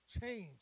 change